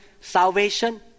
salvation